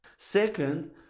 Second